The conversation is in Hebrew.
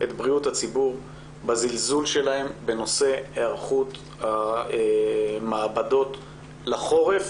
את בריאות הציבור בזלזול שלהם בנושא היערכות המעבדות לחורף